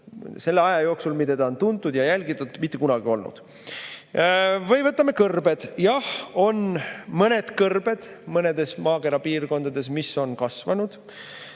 selle aja jooksul, kui teda on tuntud ja jälgitud, mitte kunagi olnud. Või võtame kõrbed. Jah, mõned kõrbed mõnedes maakera piirkondades on kasvanud.